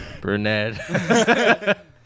Brunette